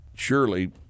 surely